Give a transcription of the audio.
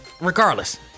regardless